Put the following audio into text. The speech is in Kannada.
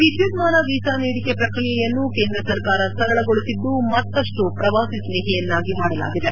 ವಿದ್ಯುನ್ಮಾನ ವೀಸಾ ನೀಡಿಕೆ ಪ್ರಕ್ರಿಯೆಯನ್ನು ಕೇಂದ್ರ ಸರ್ಕಾರ ಸರಳಗೊಳಿಸಿದ್ದು ಮತ್ತಷ್ಟು ಪ್ರವಾಸಿಸ್ನೇಹಿಯನ್ನಾಗಿ ಮಾಡಲಾಗಿದೆ